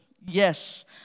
Yes